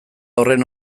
horren